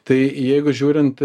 tai jeigu žiūrint